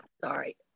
sorry